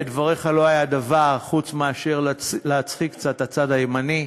בדבריך לא היה דבר חוץ מאשר להצחיק קצת את הצד הימני,